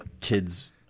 kids